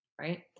Right